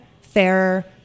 fairer